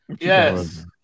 Yes